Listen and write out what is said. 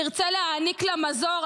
תרצה להעניק לה מזור,